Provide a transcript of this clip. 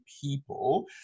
people